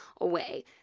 away